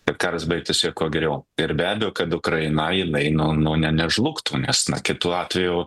kad karas baigtųsi kuo geriau ir be abejo kad ukraina jinai nu nu ne nežlugtų nes kitu atveju